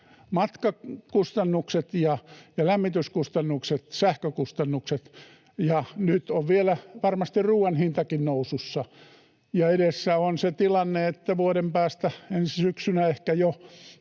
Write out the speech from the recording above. matkakustannukset ja lämmityskustannukset, sähkökustannukset, ja nyt on vielä varmasti ruoan hintakin nousussa, ja edessä on se tilanne, että vuoden päästä ensi syksynä ehkä jo